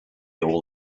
all